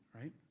right